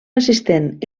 assistent